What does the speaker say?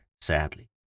sadly